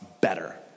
better